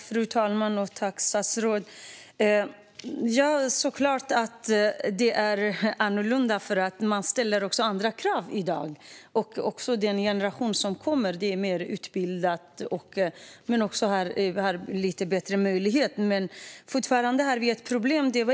Fru talman! Jag tackar statsrådet. Givetvis är det annorlunda, för man ställer andra krav i dag. Den generation som kommer nu är också mer utbildad och har lite bättre möjligheter. Vi har dock fortfarande ett problem.